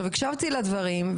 הקשבתי לדברים,